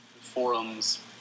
forums